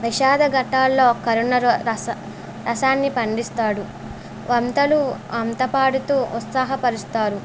విషాద ఘట్టాలలో కరుణ రస రసాన్ని పండిస్తాడు వంతలు వంత పాడుతు ఉత్సాహపరుస్తారు